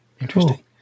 interesting